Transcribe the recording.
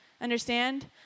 understand